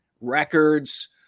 Records